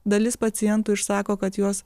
dalis pacientų išsako kad juos